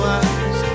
eyes